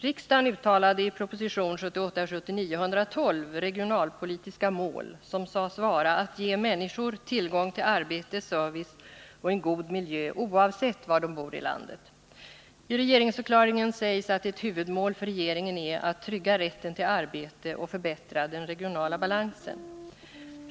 Riksdagen uttalade i proposition 1978/79:112 regionalpolitiska mål, som sades vara att ge människor tillgång till arbete, service och en god miljö oavsett var de bor i landet. I regeringsförklaringen sägs att ett huvudmål för regeringen är att trygga rätten till arbete och förbättra den regionala balansen.